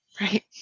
right